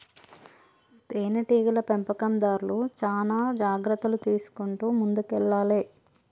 తేనె టీగల పెంపకందార్లు చానా జాగ్రత్తలు తీసుకుంటూ ముందుకెల్లాలే